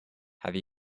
have